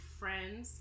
friends